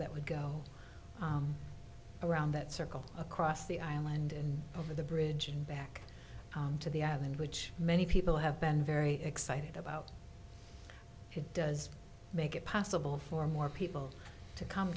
that would go around that circle across the island and over the bridge and back to the island which many people have been very excited about it does make it possible for more people to come